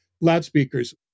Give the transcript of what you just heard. loudspeakers